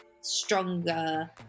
stronger